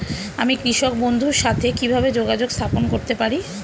আমি কৃষক বন্ধুর সাথে কিভাবে যোগাযোগ স্থাপন করতে পারি?